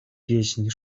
pieśń